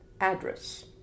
address